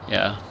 ya